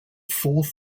forth